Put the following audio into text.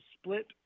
split